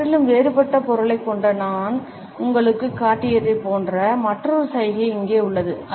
முற்றிலும் வேறுபட்ட பொருளைக் கொண்ட நான் உங்களுக்குக் காட்டியதைப் போன்ற மற்றொரு சைகை இங்கே உள்ளது